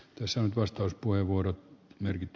tässä vastauspuheenvuorot merkit